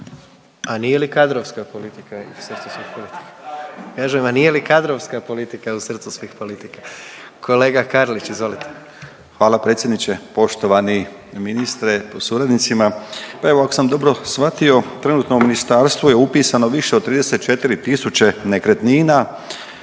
nije li kadrovska politika u srcu svih politika? Kolega Karlić izvolite. **Karlić, Mladen (HDZ)** Hvala predsjedniče. Poštovani ministre sa suradnicima, pa evo ako sam dobro shvatio trenutno u ministarstvu je upisano više od 34 tisuće nekretnina.